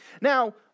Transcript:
Now